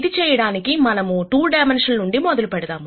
ఇది చేయడానికి మనము 2 డైమెన్షన్ నుండి మొదలు పెడదాము